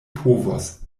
povos